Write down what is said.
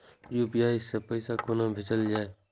UPI सै पैसा कोना भैजल जाय?